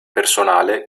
personale